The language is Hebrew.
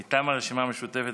מטעם הרשימה המשותפת,